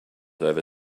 over